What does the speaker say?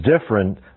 different